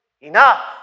enough